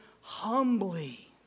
humbly